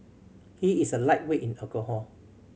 he is a lightweight in alcohol